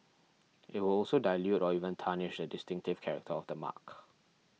it will also dilute or even tarnish the distinctive character of the mark